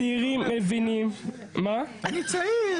הצעירים מבינים --- אני צעיר.